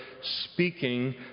speaking